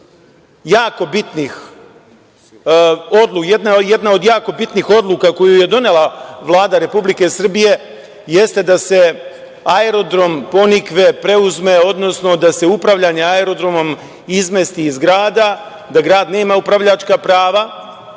jako bitnih odluka koju je donela Vlada Republike Srbije jeste da se Aerodrom „Ponikve“ preuzme, odnosno da se upravljanje aerodrom izmesti iz grada, da grad nema upravljačka prava,